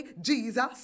Jesus